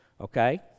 okay